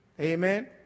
Amen